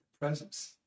presence